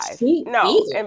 No